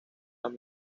las